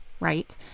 Right